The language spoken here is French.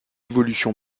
évolution